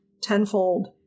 tenfold